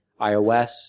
iOS